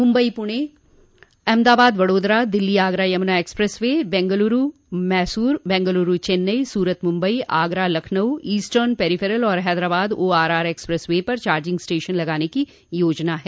Mumbai Pune Ahmedabad Vadodara Delhi Agra Yamuna express way Bengaluru Mysore Bengaluru Chennai Surat Mumbai Agra Lucknow eastern peripheral और Hyderabad ORR express way पर charging station लगाने की योजना है